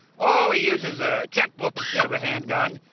oh, he uses a chequebook instead of a handgun,